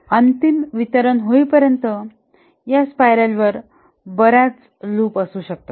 अंतिम वितरण होईपर्यंत या स्पाइरलं वर बर्याच लूप असू शकतात